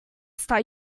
start